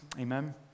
Amen